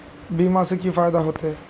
बीमा से की फायदा होते?